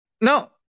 No